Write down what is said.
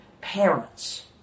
parents